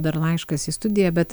dar laiškas į studiją bet